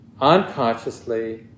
unconsciously